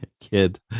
kid